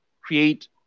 create